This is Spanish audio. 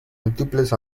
múltiples